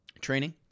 training